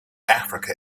africa